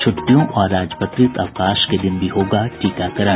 छुट्टियों और राजपत्रित अवकाश के दिन भी होगा टीकाकरण